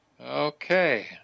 Okay